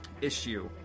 issue